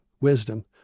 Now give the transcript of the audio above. wisdom